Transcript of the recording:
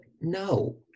No